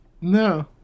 No